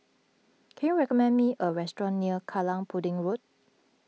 can you recommend me a restaurant near Kallang Pudding Road